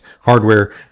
hardware